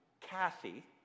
Kathy